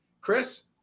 Chris